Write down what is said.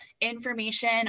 information